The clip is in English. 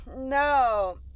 no